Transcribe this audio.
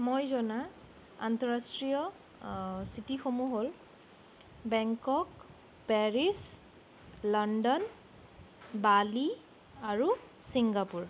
মই জনা আন্তঃৰাষ্ট্ৰীয় চিটীসমূহ হ'ল Bangkok Paris London Berlin আৰু ছিংগাপুৰ